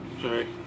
sorry